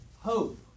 hope